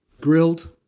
Grilled